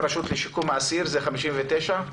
רשות לשיקום האסיר, זה 59?